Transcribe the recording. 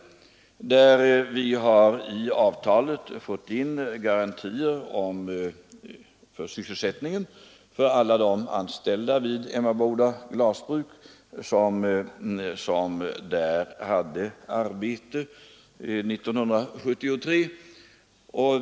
Vi har i avtalet fått in garantier för sysselsättningen för alla de anställda vid Emmaboda glasverk som hade arbete där 1973.